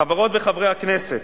חברות וחברי הכנסת,